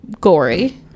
gory